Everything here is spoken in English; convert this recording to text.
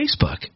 Facebook